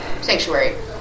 sanctuary